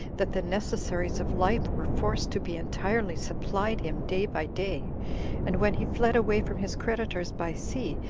that the necessaries of life were forced to be entirely supplied him day by day and when he fled away from his creditors by sea,